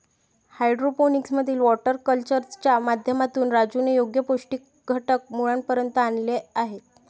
hydroponics मधील water कल्चरच्या माध्यमातून राजूने योग्य पौष्टिक घटक मुळापर्यंत आणले आहेत